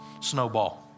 Snowball